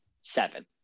seven